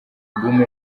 album